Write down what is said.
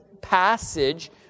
passage